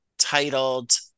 Titled